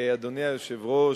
אדוני היושב-ראש,